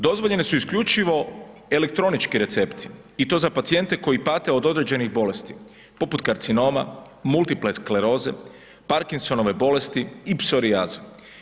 Dozvoljeni su isključivo elektronički recepti i to za pacijente koji pate od određenih bolesti, poput karcinoma, multiple skleroze, Parkinsonove bolesti i psorijaze.